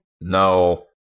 No